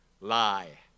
Lie